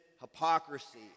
hypocrisy